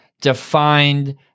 defined